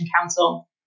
council